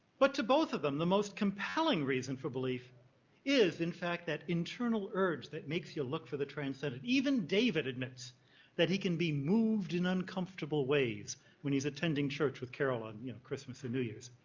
but to both of them, the most compelling reason for belief is in fact that internal urge that makes you look for the transcendent. even david admits that he can be moved in uncomfortable ways when he's attending church with carol on, you know, christmas and new years.